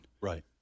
Right